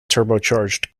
turbocharged